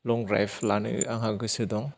लं द्रायभ लानो आंहा गोसो दं